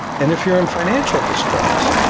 and if you're in financial distress,